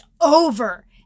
over